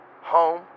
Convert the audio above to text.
Home